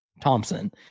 thompson